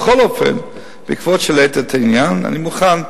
בכל אופן, בעקבות זה שהעלית את העניין אני מוכן,